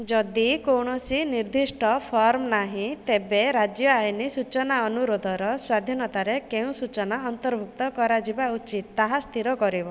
ଯଦି କୌଣସି ନିର୍ଦ୍ଦିଷ୍ଟ ଫର୍ମ ନାହିଁ ତେବେ ରାଜ୍ୟ ଆଇନ ସୂଚନା ଅନୁରୋଧର ସ୍ୱାଧୀନତାରେ କେଉଁ ସୂଚନା ଅନ୍ତର୍ଭୁକ୍ତ କରାଯିବା ଉଚିତ ତାହା ସ୍ଥିର କରିବ